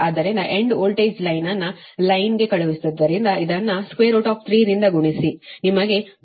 ಆದ್ದರಿಂದ end voltage line ಅನ್ನು ಲೈನ್ಗೆ ಕಳುಹಿಸುವುದರಿಂದ ಇದನ್ನು 3 ರಿಂದ ಗುಣಿಸಿ ನಿಮಗೆ 235